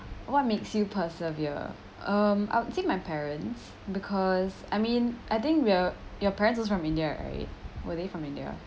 what makes you persevere um I would say my parents because I mean I think we are your parents is from india right were they from india